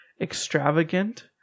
extravagant